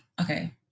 okay